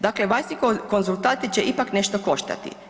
Dakle, vanjski konzultanti će ipak nešto koštati.